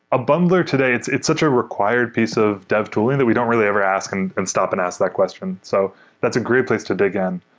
a bundler today, it's it's such a required piece of dev tooling that we don't really ever ask and and stop and ask that question. so that's a great place to dig in.